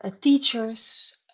teachers